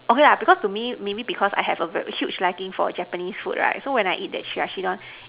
okay lah because to me maybe because I have a huge liking for Japanese food right so when I eat that Chirashi Don